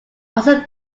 also